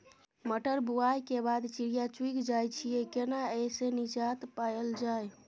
मटर बुआई के बाद चिड़िया चुइग जाय छियै केना ऐसे निजात पायल जाय?